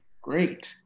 Great